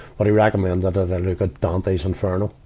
but he recommended and like ah dante's inferno.